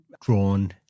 drawn